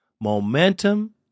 Momentum